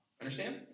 Understand